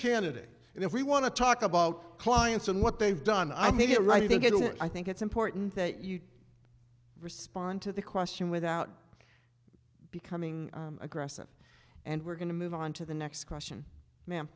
candidate and if we want to talk about clients and what they've done i made it right i think i think it's important that you respond to the question without becoming aggressive and we're going to move on to the next question ma'am